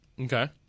Okay